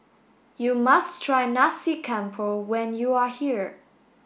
you must try Nasi Campur when you are here